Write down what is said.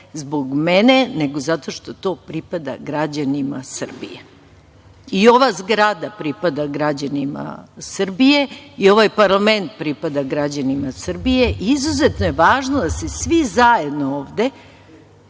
zbog mene nego zato što to pripada građanima Srbije. I ova zgrada pripada građanima Srbije i ovaj parlament pripada građanima Srbije. Izuzetno je važno da se svi zajedno ovde